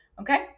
Okay